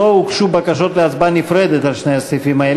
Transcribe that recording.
לא הוגשו בקשות להצבעה נפרדת על שני הסעיפים האלה.